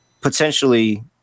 potentially